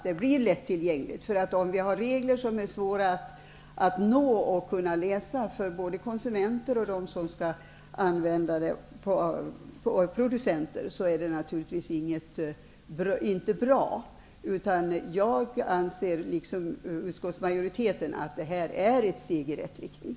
Det är naturligtvis inte bra om vi har regler som är svåra att nå och läsa för både konsumenter och producenter. Jag anser därför, liksom utskottsmajoriteten, att detta är ett steg i rätt riktning.